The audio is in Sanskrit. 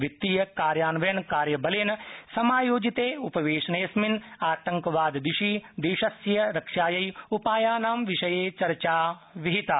वित्तीय कार्यान्वयन कार्य बलेन समायोजिते उपवेशने अस्मिन आतंकवाददिशि देशस्य रक्षायै उपायानां विषये चर्चा विहिता